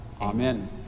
Amen